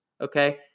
okay